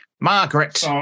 Margaret